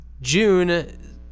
June